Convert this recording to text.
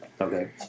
Okay